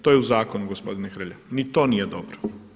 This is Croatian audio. To je u zakonu gospodine Hrelja, ni to nije dobro.